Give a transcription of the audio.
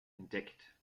entdeckt